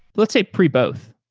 let's say pre both.